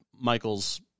Michael's